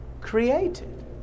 Created